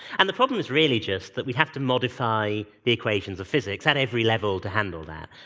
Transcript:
and the problem is really just that we'd have to modify the equations of physics at every level to handle that.